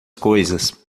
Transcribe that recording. coisas